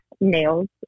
nails